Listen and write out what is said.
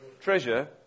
Treasure